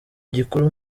gikuru